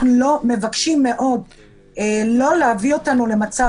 אנחנו מבקשים מאוד לא להביא אותנו למצב